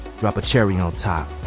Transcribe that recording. drop a cherry on top.